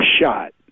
shot